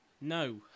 no